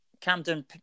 Camden